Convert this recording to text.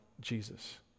Jesus